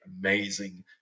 amazing